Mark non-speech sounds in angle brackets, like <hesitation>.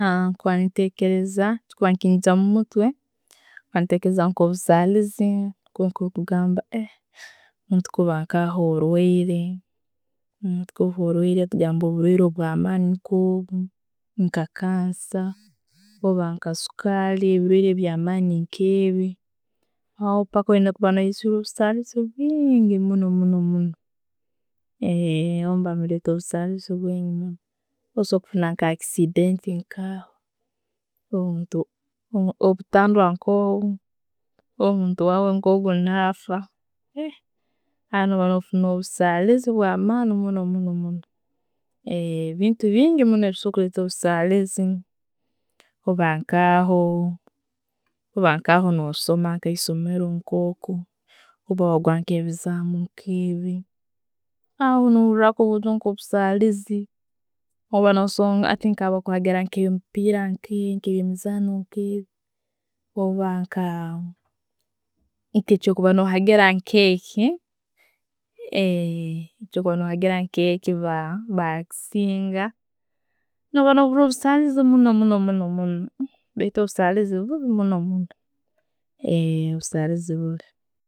<hesitation> Nkuba nentekereza, echikuba nenkinyigya omumutwe kuba nkatekereza nka ha busalirizi nkokugamba <hesitation> muntu kubaho orwaire, tugambe orwaire oburwaire obwamaani nkwo obwo, nka cancer, orba nka sukaali ebirwaire byamaani nkebyo, aho oyine kuba oyine <unintelligible> bingi muno muno, <hesitation> obundi buba nebuleta obusalirizi bwingi muno. Osobora kufuna nka accident nkaho, obutandwa nkobwo, obwo muntu nko gwo nafwa <hesitation> aho no'ba no'busariizi bwamaani muno. <hesitation> Bintu bingi ebikusobora kuleeta obusarizi orba nka ho- oba nka ho no'soma ayisomero nka ho, orba wagwa ebizamu nkebye, ayo nohura nko busarizi. Hati nka bakuhagira emibiira nkegyo, nke byemizano nkebyo orba nke kyokuba no hagira nkekyo <hesitation> nke kyokuba no hagira nkekyo baki bakisinga, no'ba no busaliizi muno muno, <hesitation> beitu busaliizi <unintelligible>